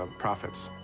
um profits.